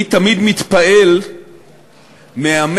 אני תמיד מתפעל מהמטמורפוזה